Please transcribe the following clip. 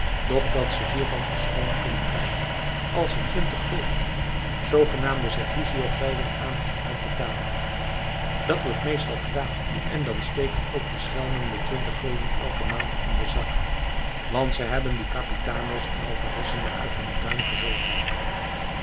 dat ze hiervan verschoond kunnen blijven als ze twintig gulden zoogenaamde servicio gelden aan hen uitbetalen dat wordt meestal gedaan en dan steken ook die schelmen de twintig gulden elke maand in den zak want ze hebben die capitano's en alferessen maar uit hunnen duim gezogen